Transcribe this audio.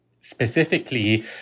specifically